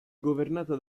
governata